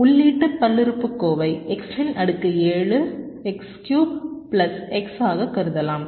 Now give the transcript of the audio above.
எனவே உள்ளீட்டு பல்லுறுப்புக்கோவை x இன் அடுக்கு 7 x கியூப் பிளஸ் x ஆகக் கருதலாம்